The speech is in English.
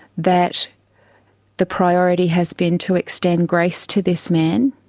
that the priority has been to extend grace to this man